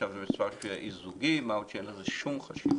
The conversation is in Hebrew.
--- מספר אי זוגי מה עוד שאין לזה שום חשיבות,